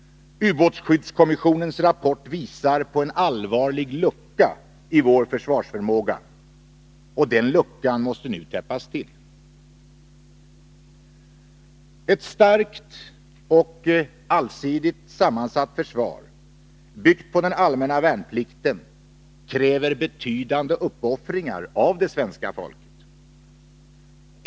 Ubåtsskyddskommissionens rapport visar på en allvarlig lucka i vår försvarsförmåga, och den luckan måste nu täppas till. Ett starkt och allsidigt sammansatt försvar, byggt på den allmänna värnplikten, kräver betydande uppoffringar av det svenska folket.